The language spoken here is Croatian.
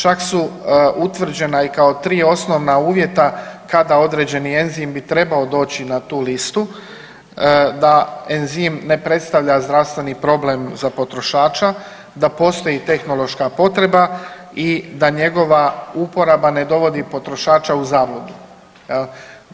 Čak su utvrđena i kao 3 osnovna uvjeta kada određeni enzim bi trebao doći na tu listu da enzim ne predstavlja zdravstveni problem za potrošača, da postoji tehnološka potreba i da njegova uporaba ne dovodi potrošača u zabludu jel.